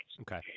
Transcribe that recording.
Okay